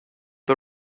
the